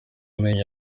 amenyo